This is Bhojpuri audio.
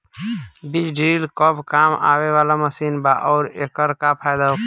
बीज ड्रील कब काम आवे वाला मशीन बा आऊर एकर का फायदा होखेला?